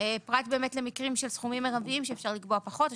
פרט למקרים של סכומים מרביים שאפשר לקבוע פחות או